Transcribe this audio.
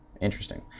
interesting